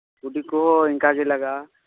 ᱠᱩᱰᱤ ᱠᱚᱦᱚᱸ ᱤᱱᱠᱟᱹ ᱜᱮ ᱞᱟᱜᱟᱜᱼᱟ